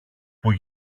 που